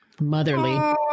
motherly